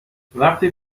وقتی